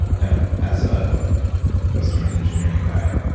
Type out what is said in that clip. now, as a western engineering guy,